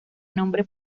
nombre